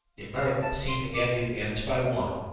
the americans seemed to have the advantage by one.